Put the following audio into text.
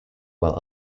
while